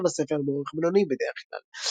מופיע בספר באורך בינוני בדרך כלל.